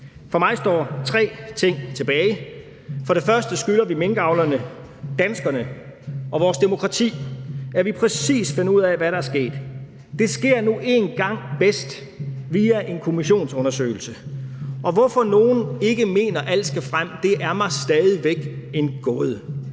For mig står tre ting tilbage: For det første skylder vi minkavlerne, danskerne og vores demokrati, at vi præcis finder ud af, hvad der er sket. Det sker nu engang bedst via en kommissionsundersøgelse. Og hvorfor nogle ikke mener, at alt skal frem, er mig stadig væk en gåde.